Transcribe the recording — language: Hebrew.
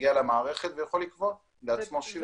יגיע למערכת ויכול לקבוע לעצמו שיעור.